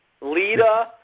Lita